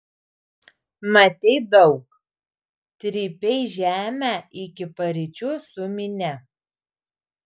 matei daug trypei žemę iki paryčių su minia